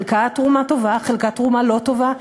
חלקה תרומה טובה, חלקה תרומה לא טובה.